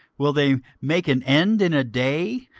will they make an end in a day?